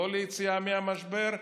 לא ליציאה מהמשבר.